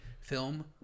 film